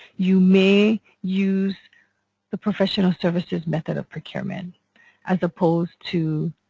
you may use the professional services method of procurement as opposed to